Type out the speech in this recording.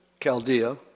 Chaldea